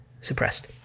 suppressed